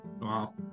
wow